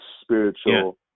spiritual